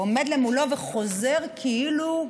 עומד מולו וחוזר כאילו,